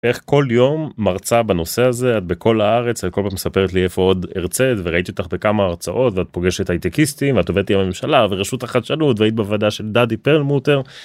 איך כל יום מרצה בנושא הזה את בכל הארץ את כל פעם מספרת לי איפה עוד הרצית וראיתי אותך בכמה הרצאות ואת פוגשת הייטקיסטים ואת עובדת עם הממשלה ורשות החדשנות והיית בוועדה של דדי פרל מוטר.